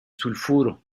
sulfuro